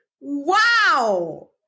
wow